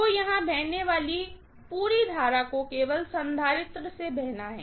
तो यहाँ बहने वाली पूरे करंट को केवल कपैसिटर से बहना है